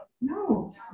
No